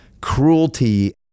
cruelty